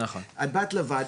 את באת לוועדה,